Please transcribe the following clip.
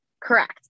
Correct